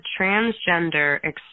transgender